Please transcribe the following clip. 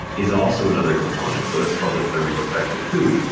is also another component, so that's called the thermic effect of food.